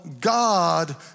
God